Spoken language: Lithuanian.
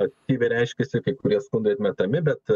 aktyviai reiškiasi kai kurie skundai atmetami bet